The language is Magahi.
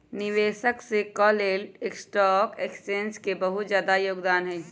निवेशक स के लेल स्टॉक एक्सचेन्ज के बहुत जादा योगदान हई